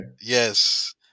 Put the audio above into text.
yes